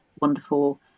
wonderful